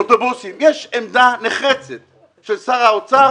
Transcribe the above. אוטובוסים, יש עמדה נחרצת של שר האוצר